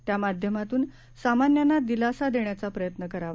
त्यामाध्यमातून सामान्यांना दिलासा देण्याचा प्रयत्न करावा